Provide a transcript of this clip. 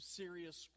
serious